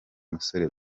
musore